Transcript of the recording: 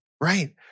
right